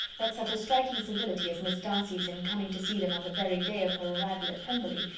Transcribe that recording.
that such a striking civility as miss darcy's in coming to see them on the very day of her arrival at pemberley,